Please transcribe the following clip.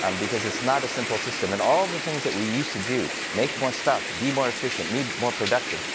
um because it's not a simple system. and all the things that we used to do, make more stuff, be more efficient, be more productive,